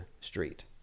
Street